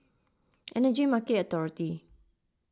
Energy Market Authority